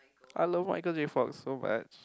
I love Michael-J-Fox so much